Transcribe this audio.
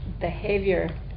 behavior